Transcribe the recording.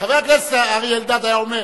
חבר הכנסת אריה אלדד היה אומר: